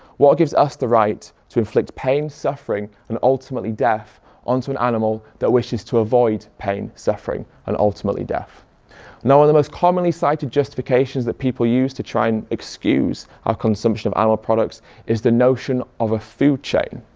what gives us the right to inflict pain, suffering and ultimately death on to an animal that wishes to avoid pain, suffering and ultimately death of the most commonly cited justifications that people use to try and excuse our consumption of animal products is the notion of a food chain.